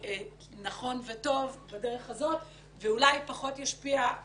נכון וטוב בדרך הזאת ואולי פחות ישפיע על